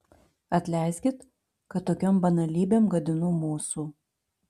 atleiskit kad tokiom banalybėm gadinu mūsų